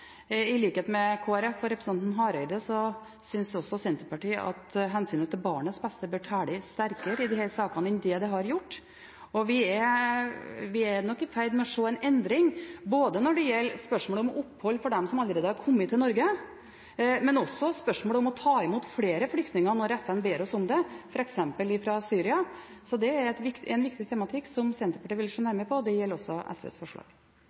I likhet med Kristelig Folkeparti og representanten Hareide synes også Senterpartiet at hensynet til barnets beste bør telle sterkere i disse sakene enn det det har gjort. Vi er nok i ferd med å se en endring ikke bare når det gjelder spørsmålet om opphold for dem som allerede har kommet til Norge, men også i spørsmålet om å ta imot flere flyktninger når FN ber oss om det, f.eks. fra Syria. Dette er en viktig tematikk som Senterpartiet vil se nærmere på. Det gjelder også SVs forslag.